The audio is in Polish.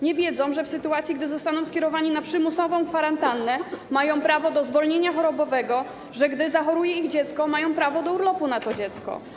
Nie wiedzą, że w sytuacji, gdy zostaną skierowani na przymusową kwarantannę, mają prawo do zwolnienia chorobowego, że gdy zachoruje ich dziecko, mają prawo do urlopu na to dziecko.